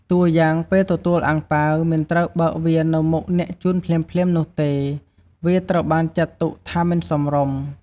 តួរយ៉ាងពេលទទួលអាំងប៉ាវ មិនត្រូវបើកវានៅមុខអ្នកជូនភ្លាមៗនោះទេ វាត្រូវបានចាត់ទុកថាមិនសមរម្យ។